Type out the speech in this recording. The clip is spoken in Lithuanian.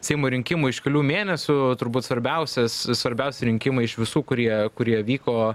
seimo rinkimai už kelių mėnesių turbūt svarbiausias svarbiausi rinkimai iš visų kurie kurie vyko